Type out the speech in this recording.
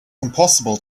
impossible